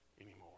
anymore